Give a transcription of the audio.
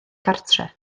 gartre